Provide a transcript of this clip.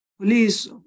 police